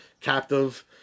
captive